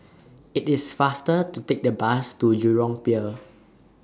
IT IS faster to Take The Bus to Jurong Pier